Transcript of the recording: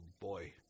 boy